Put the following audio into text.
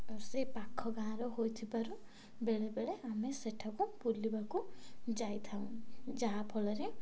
ସେ ପାଖ ଗାଁର ହୋଇଥିବାରୁ ବେଳେବେଳେ ଆମେ ସେଠାକୁ ବୁଲିବାକୁ ଯାଇଥାଉଁ ଯାହାଫଳରେ